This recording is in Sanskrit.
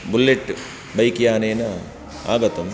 बुलेट् बैक् यानेन आगतं